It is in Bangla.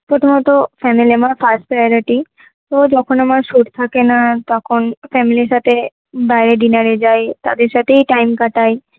প্রথমত ফ্যামিলি আমার ফার্স্ট প্রায়োরিটি তো যখন আমার শ্যুট থাকে না তখন ফ্যামিলির সাথে বাইরে ডিনারে যাই তাদের সাথেই টাইম কাটাই